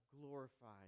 glorified